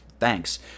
Thanks